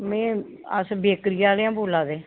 मै अस बेकरी आह्ले आं बोला दे